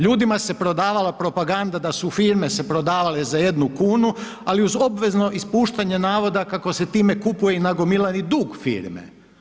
Ljudima se prodavala propaganda da su firme se prodavale za 1 kunu ali uz obveznu ispuštanje navoda kako se time kupuje i nagomilani dug firme.